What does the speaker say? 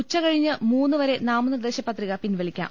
ഉച്ചകഴിഞ്ഞ് മൂന്നുവരെ നാമനിർദേശ പത്രിക പിൻവ ലിക്കാം